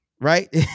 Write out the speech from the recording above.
Right